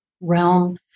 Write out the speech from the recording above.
realm